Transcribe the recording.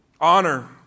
Honor